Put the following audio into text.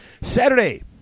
Saturday